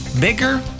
bigger